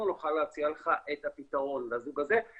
נוכל להציע לזוג הזה את הפתרון ובהתאם